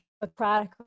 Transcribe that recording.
democratic